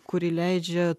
kuri leidžia